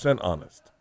honest